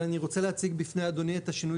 אבל אני רוצה להציג בפני אדוני את השינוי